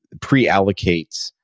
pre-allocates